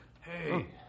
Hey